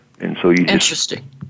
Interesting